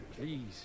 Please